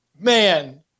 Man